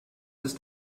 ist